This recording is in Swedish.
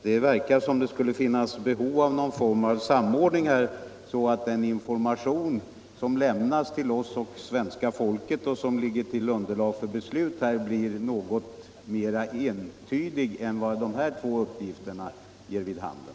Det verkar som om det skulle finnas behov av någon form av sam ordning, så att den information som lämnas till oss och svenska folket och som ligger till grund för besluten här blir något mera entydig än vad dessa två uppgifter ger vid handen.